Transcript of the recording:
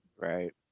right